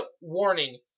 warning